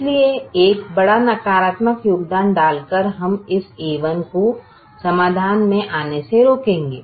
इसलिए एक बड़ा नकारात्मक योगदान डालकर हम इस a1 को समाधान में आने से रोकेंगे